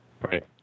Right